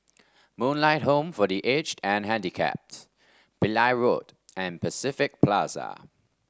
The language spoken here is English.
Moonlight Home for The Aged and Handicapped Pillai Road and Pacific Plaza